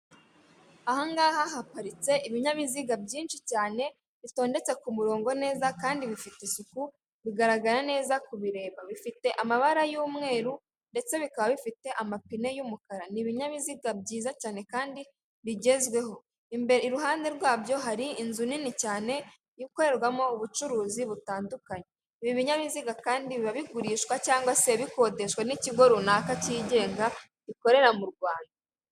Ahangaha haparitse ibinyabiziga byinshi cyane bitondetse ku murongo neza kandi bifite isuku bigaragara neza kubireba, bifite amabara y'umweru ndetse bikaba bifite amapine y'umukara, ni ibinyabiziga byiza cyane kandi bigezweho, imbere iruhande rwabyo hari inzu nini cyane ikorerwamo ubucuruzi butandukanye, ibi binyabiziga kandi biba bigurishwa cg se bikodeshwa n'ikigo runaka cyigenga gikorera mu Rwanda.